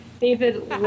David